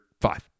five